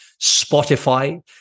Spotify